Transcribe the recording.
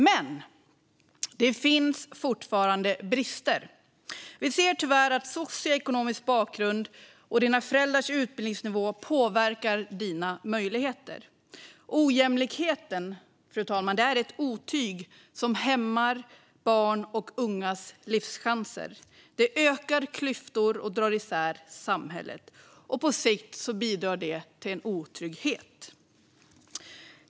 Men det finns fortfarande brister. Vi ser tyvärr att socioekonomisk bakgrund och föräldrarnas utbildningsnivå påverkar människors möjligheter. Ojämlikheten, fru talman, är ett otyg som hämmar barns och ungas livschanser. Den ökar klyftor och drar isär samhället, och på sikt bidrar detta till otrygghet.